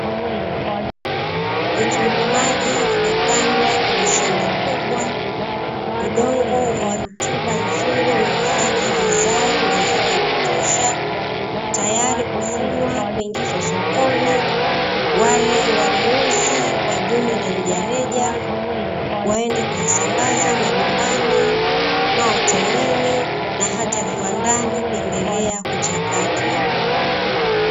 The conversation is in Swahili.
Vitunguu maji vimepandwa kwenye shamba kubwa, udongo wenye rutuba nzuri umefanya vizae mazao ya kutosha, tayari kuvunwa kuingizwa sokoni. Wale wanunuzi wa jumla na rejareja waende kuvisambaza majumbani, mahotelini na hata viwandani kuendelea kuchakatwa.